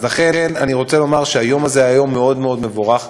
אז לכן אני רוצה לומר שהיום הזה היה יום מאוד מאוד מבורך.